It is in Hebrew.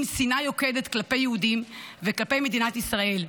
שנאה יוקדת כלפי יהודים וכלפי מדינת ישראל.